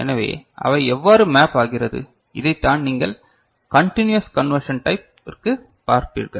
எனவே அவை எவ்வாறு மேப் ஆகிறது இதைத்தான் நீங்கள் கண்டிநுயஸ் கன்வெர்ஷன் டைப் இருக்கு பார்ப்பீர்கள்